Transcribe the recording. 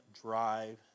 drive